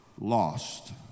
lost